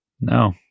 No